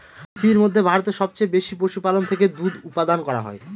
পৃথিবীর মধ্যে ভারতে সবচেয়ে বেশি পশুপালন থেকে দুধ উপাদান করা হয়